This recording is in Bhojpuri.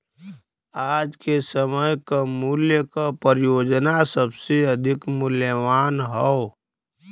आज के समय क मूल्य क परियोजना सबसे अधिक मूल्यवान हौ